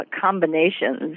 combinations